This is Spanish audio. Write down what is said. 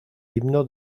himno